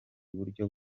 buryo